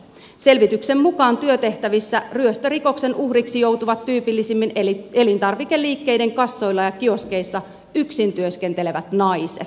selvityksen mukaan työtehtävissä ryöstörikoksen uhriksi joutuvat tyypillisimmin elintarvikeliikkeiden kassoilla ja kioskeissa yksin työskentelevät naiset